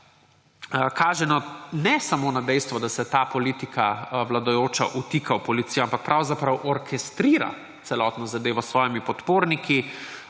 kaže ne samo na dejstvo, da se ta vladajoča politika vtika v policijo, ampak pravzaprav orkestrira celotno zadevo s svojimi podporniki,